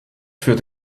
für